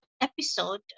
episode